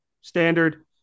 Standard